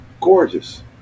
Gorgeous